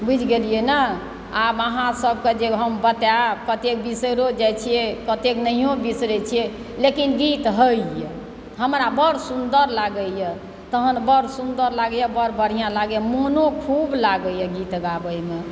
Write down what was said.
बुझि गेलियै ने आब अहाँ सबके हम बतायब कतेक बिसैरो जाइत छियै कतेक नहियो बिसरै छियैक लेकिन गीत होइए हमरा बड़ सुन्दर लागैए तहन बड़ सुन्दर लागैए बड़ बढ़िआँ लागैए मोनो खुब लागैए गीत गाबैमे